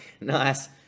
Nice